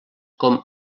com